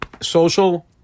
social